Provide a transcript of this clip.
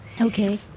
Okay